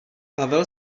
pavel